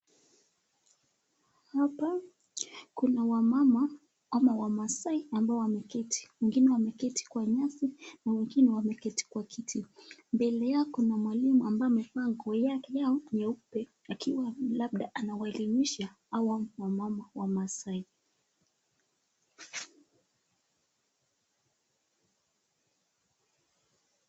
Hapa kuna wamama ama wamasai ambao wameketi wengine wameketi kwa nyasi na wengine wameketi kwa kiti, mbele yao kuna mwalimu ambaye amevaa nguo ya yao nyeupe akiwa labda anawaelimisha hawa wamama wamasai